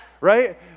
right